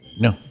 No